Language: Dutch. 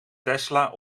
tesla